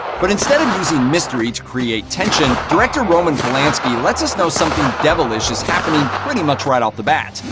but instead of using mystery to create tension, director roman polanski lets us know something devilish is happening pretty much right off the bat.